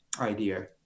idea